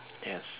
yes